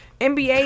NBA